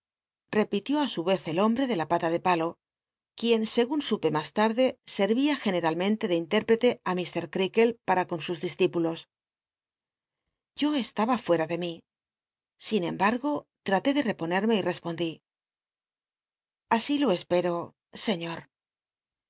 tió í su ez el hombre de la pala de palo quien segu n supe mas tmdc servía generalmente de intérprete á mr creakle l para con sus discípulos yo estaba fucra de mi sin cmbmgo tmté de reponerme y respondí así lo espero señor